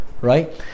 right